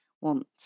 want